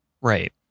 Right